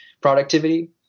productivity